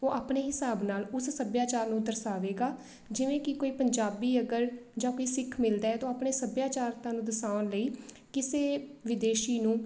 ਉਹ ਆਪਣੇ ਹਿਸਾਬ ਨਾਲ ਉਸ ਸੱਭਿਆਚਾਰ ਨੂੰ ਦਰਸਾਵੇਗਾ ਜਿਵੇਂ ਕਿ ਕੋਈ ਪੰਜਾਬੀ ਅਗਰ ਜਾਂ ਕੋਈ ਸਿੱਖ ਮਿਲਦਾ ਹੈ ਤਾਂ ਉਹ ਆਪਣੇ ਸੱਭਿਆਚਾਰਤਾ ਨੂੰ ਦਰਸਾਉਣ ਲਈ ਕਿਸੇ ਵਿਦੇਸ਼ੀ ਨੂੰ